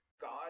God